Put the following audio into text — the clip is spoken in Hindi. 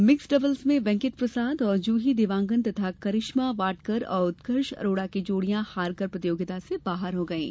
मिक्स्ड डबल्स में वेंकट प्रसाद और जूही देवांगन तथा करिश्मा वाडकर और उत्कर्ष अरोड़ा की जोड़ियां हारकर प्रतियोगिता से बाहर हो गई हैं